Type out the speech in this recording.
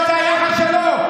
מה זה היחס שלו?